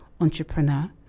Entrepreneur